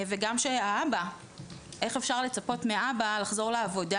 וגם איך אפשר לצפות מהאבא לחזור לעבודה,